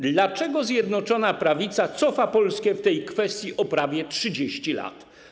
Dlaczego Zjednoczona Prawica cofa Polskę w tej kwestii o prawie 30 lat?